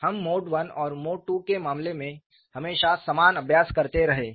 हम mode I और mode II के मामले में हमेशा समान अभ्यास करते रहे हैं